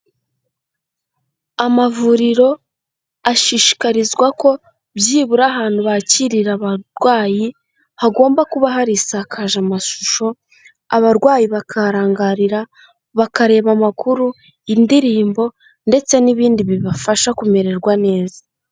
Amavuriro ashishikarizwa ko byibura ahantu bakirira abarwayi, hagomba kuba harisakaje amashusho, abarwayi bakarangarira bakareba amakuru, indirimbo, ndetse n'ibindi bibafasha kumererwa neza.